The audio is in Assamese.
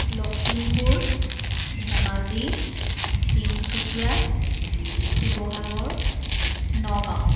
লখিমপুৰ ধেমাজী তিনিচুকীয়া শিৱসাগৰ নগাঁও